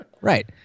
Right